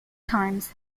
times